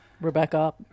Rebecca